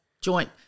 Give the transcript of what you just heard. joint